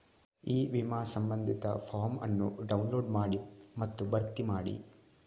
E ವಿಮಾ ಸಂಬಂಧಿತ form ಅನ್ನು ಡೌನ್ಲೋಡ್ ಮಾಡಿ ಮತ್ತು ಭರ್ತಿ ಮಾಡಿ